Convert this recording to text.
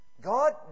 God